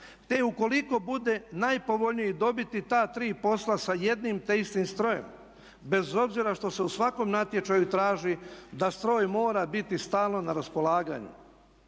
te ukoliko bude najpovoljniji dobiti ta tri posla sa jedno te istim strojem bez obzira što se u svakom natječaju traži da stroj mora biti stalno na raspolaganju.